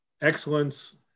Excellence